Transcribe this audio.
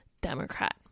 Democrat